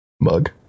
mug